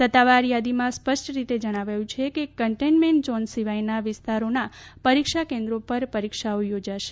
સત્તાવાર યાદીમાં સ્પષ્ટ રીતે જણાવ્યું છે કે કન્ટેનમેન્ટ ઝોન સિવાયના વિસ્તારોના પરીક્ષા કેન્દ્રો પર જ પરીક્ષાઓ યોજાશે